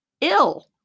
ill